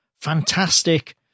fantastic